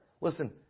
Listen